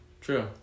True